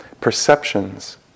perceptions